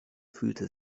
fühlte